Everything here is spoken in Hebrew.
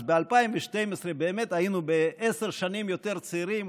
אז ב-2012 באמת היינו בעשר שנים יותר צעירים,